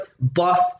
buff